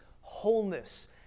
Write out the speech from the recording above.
wholeness